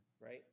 right